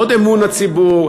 עוד "אמון הציבור",